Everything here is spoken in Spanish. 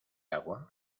agua